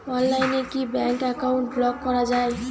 অনলাইনে কি bank account block করা য়ায়?